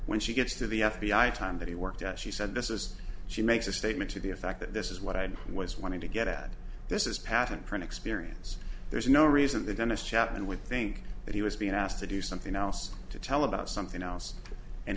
when she gets to the f b i time that he worked at she said this is she makes a statement to the effect that this is what i was wanting to get this is patent print experience there's no reason the dentist chapman would think that he was being asked to do something else to tell about something else and